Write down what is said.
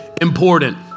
important